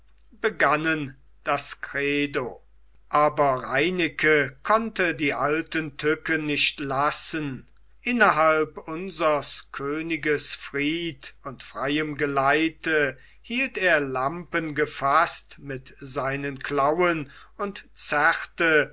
begannen das kredo aber reineke konnte die alten tücken nicht lassen innerhalb unsers königes fried und freiem geleite hielt er lampen gefaßt mit seinen klauen und zerrte